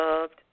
loved